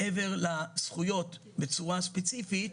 מעבר לזכויות בצורה ספציפית,